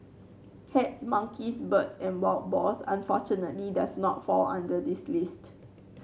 cats monkeys birds and wild boars unfortunately does not fall under this list